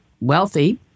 wealthy